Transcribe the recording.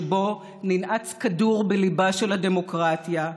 שבו ננעץ כדור בליבה של הדמוקרטיה,